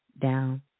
down